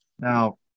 Now